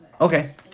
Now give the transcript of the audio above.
Okay